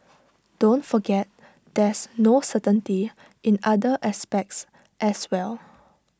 don't forget there's no certainty in other aspects as well